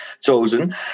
chosen